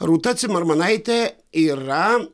rūta cimarmanaitė yra